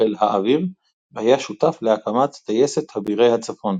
לחיל האוויר, והיה שותף להקמת טייסת אבירי הצפון.